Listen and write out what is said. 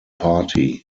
party